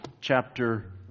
chapter